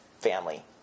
family